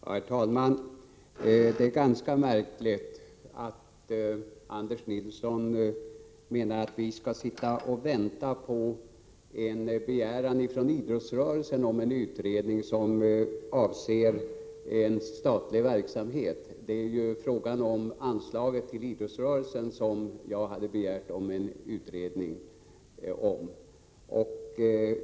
Herr talman! Det är ganska märkligt att Anders Nilsson menar att vi skall sitta och vänta på en begäran från idrottsrörelsen om en utredning som avser statlig verksamhet. Det var ju i fråga om anslaget till idrottsrörelsen som jag hade begärt en utredning.